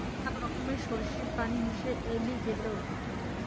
আক রকমের সরীসৃপ প্রাণী হসে এলিগেটের